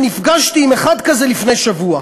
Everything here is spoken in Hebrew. ונפגשתי עם אחד כזה לפני שבוע.